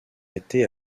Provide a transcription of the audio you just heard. été